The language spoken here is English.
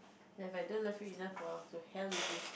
If I don't love you enough !wow! to hell with you